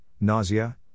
nausea